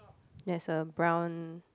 there's a brown